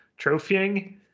trophying